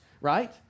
right